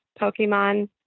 pokemon